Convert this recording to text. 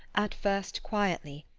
at first quietly.